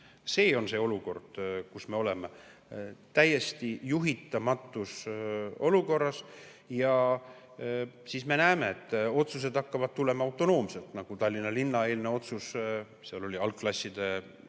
See on see olukord, kus me oleme, täiesti juhitamatus olukorras. Me näeme, et otsused hakkavad tulema autonoomselt, nagu Tallinna linna eilne otsus. Seal algklasside